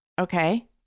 Okay